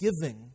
giving